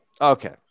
Okay